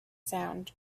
sound